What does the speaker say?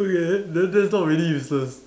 okay then then that's not really useless